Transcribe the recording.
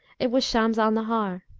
it was shams al-nahar.